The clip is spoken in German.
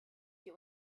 sie